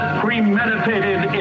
premeditated